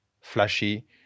flashy